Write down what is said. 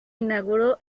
inauguró